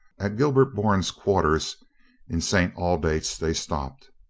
at gilbert bourne's quarters in st. aldate's they stopped.